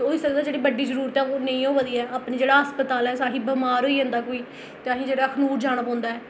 होई सकदा जेह्ड़ी बड्डी जरूरत ऐ ओह् नेईं होआ दी ऐ अपनी जेह्ड़ा अस्पताल ऐ साढ़े बमार होई जंदा कोई ते असें जेह्ड़ा अखनूर जाना पौंदा ऐ